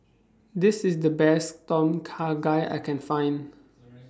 This IS The Best Tom Kha Gai I Can Find